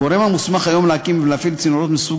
הגורם המוסמך היום להקים ולהפעיל צינורות מסוג